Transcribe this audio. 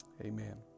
amen